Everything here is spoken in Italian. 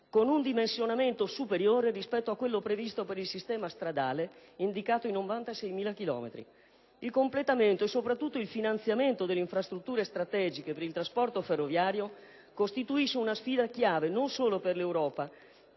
con un dimensionamento superiore rispetto a quello previsto per il sistema stradale, indicato in 96.000 chilometri. Il completamento e, soprattutto, il finanziamento delle infrastrutture strategiche per il trasporto ferroviario costituisce una sfida chiave non solo per l'Europa,